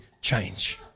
change